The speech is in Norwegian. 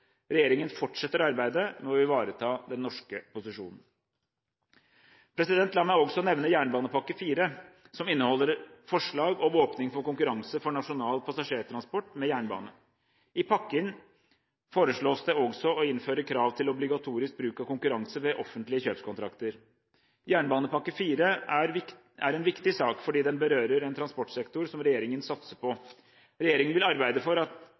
Regjeringen fortsetter arbeidet med å ivareta den norske posisjonen. La meg også nevne jernbanepakke IV, som inneholder forslag om åpning for konkurranse for nasjonal passasjertransport med jernbane. I pakken foreslås det også å innføre krav til obligatorisk bruk av konkurranse ved offentlige kjøpskontrakter. Jernbanepakke IV er en viktig sak fordi den berører en transportsektor som regjeringen satser på. Regjeringen vil arbeide for at